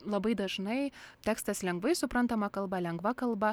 labai dažnai tekstas lengvai suprantama kalba lengva kalba